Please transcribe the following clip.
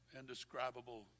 indescribable